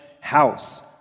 house